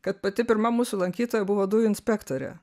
kad pati pirma mūsų lankytoja buvo dujų inspektorė